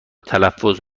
تلفظ